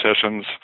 sessions